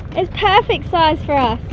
it's perfect size for us!